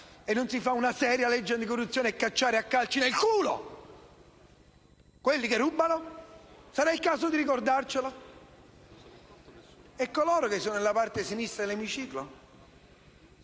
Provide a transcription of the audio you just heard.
e non si fa una seria legge anticorruzione per cacciare a calci nel culo quelli che rubano! Sarà il caso di ricordarselo? E coloro che sono nella parte sinistra dell'emiciclo,